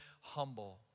humble